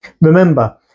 Remember